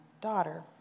daughter